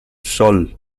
sol